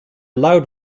loud